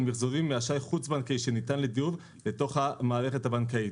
מחזורים מאשראי חוץ בנקאי שניתן לדיור לתוך המערכת הבנקאית.